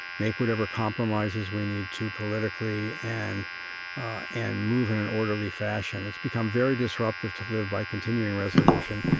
make whatever compromises we need to politically, and and move in an orderly fashion. it's become very disruptive to live by continuing resolution.